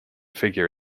figure